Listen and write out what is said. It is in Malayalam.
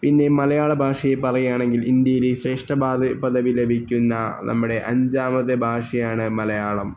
പിന്നെ മലയാള ഭാഷയെ പറയുകയാണെങ്കിൽ ഇന്ത്യയിലെ ശ്രേഷ്ഠ ഭാഷ പദവി ലഭിക്കുന്ന നമ്മുടെ അഞ്ചാമത്തെ ഭാഷയാണ് മലയാളം